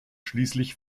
schließlich